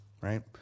right